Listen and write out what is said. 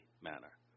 manner